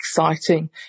exciting